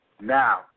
Now